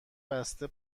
بسته